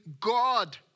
God